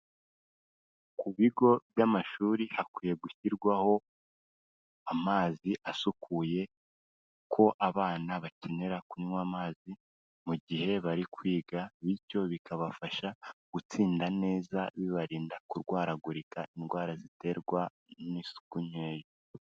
Ku bigo by'amashuri hakwiye gushyirwaho amazi asukuye ko abana bakenera kunywa amazi, mu gihe bari kwiga bityo bikabafasha gutsinda neza, bibarinda kurwaragurika indwara ziterwa n'isuku nkeya.